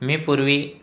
मी पूर्वी